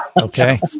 Okay